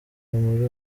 muri